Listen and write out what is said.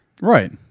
Right